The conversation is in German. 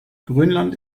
grönland